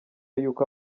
y’uko